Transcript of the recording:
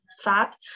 fat